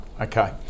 okay